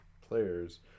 players